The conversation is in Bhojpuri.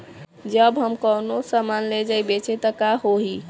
जब हम कौनो सामान ले जाई बेचे त का होही?